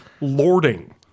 lording